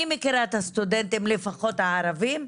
אני מכירה את הסטודנטים, פחות הערבים.